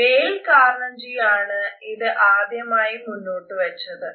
Dale Carnegie ആണ് ഇത് ആദ്യമായി മുന്നോട്ടു വച്ചത്